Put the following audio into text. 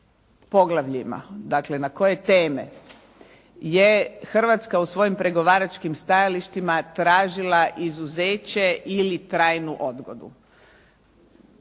poglavljima, dakle na koje teme je Hrvatska u svojim pregovaračkim stajalištima tražila izuzeće ili trajnu odgodu.